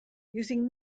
using